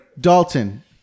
Dalton